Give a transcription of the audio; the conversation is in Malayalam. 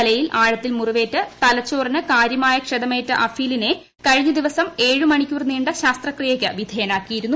തലയിൽ ആഴത്തിൽ മുറിവേറ്റ് തലച്ചോറിന് കാര്യമായ ക്ഷതമേറ്റ അഫീലിനെ കഴിഞ്ഞ ദിവസം ഏഴു മണിക്കൂർ നീണ്ട ശസ്ത്രക്രിയക്ക് വിധേയമാക്കിയിരുന്നു